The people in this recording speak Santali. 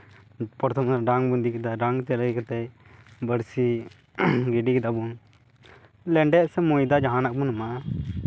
ᱯᱨᱚᱛᱷᱚᱢ ᱨᱮ ᱰᱟᱝ ᱵᱚᱱ ᱤᱫᱤ ᱠᱮᱫᱟ ᱰᱟᱝ ᱟᱛᱮᱫ ᱦᱮᱡ ᱠᱟᱛᱮᱜ ᱵᱟᱹᱲᱥᱤ ᱜᱤᱰᱤ ᱠᱮᱫᱟ ᱵᱚᱱ ᱞᱮᱸᱰᱮᱫ ᱥᱮ ᱢᱚᱭᱫᱟ ᱡᱟᱦᱟᱱᱟᱜ ᱜᱮᱵᱚᱱ ᱮᱢᱟᱜᱼᱟ